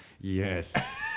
yes